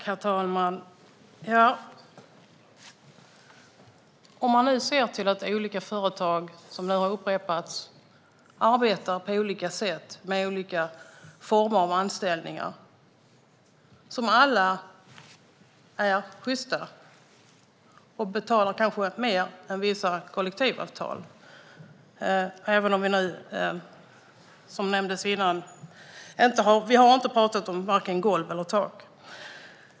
Herr talman! Olika företag arbetar på olika sätt med olika former av anställningar. De är alla sjysta och betalar kanske mer än vissa kollektivavtal. Men vi har inte pratat om golv eller tak.